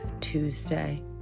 Tuesday